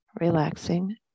relaxing